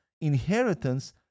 inheritance